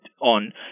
on